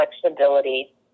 flexibility